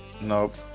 Nope